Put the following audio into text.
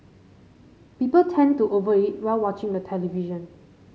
people tend to over eat while watching the television